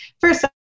First